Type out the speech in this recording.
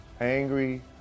angry